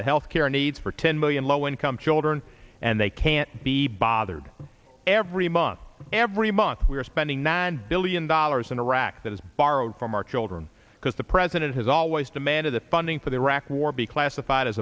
the health care needs for ten million low income children and they can't be bothered every month every month we are spending nine billion dollars in iraq that is borrowed from our children because the president has always demanded the funding for the iraq war be classified as